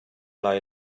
lai